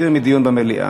להסיר מדיון במליאה.